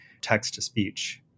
text-to-speech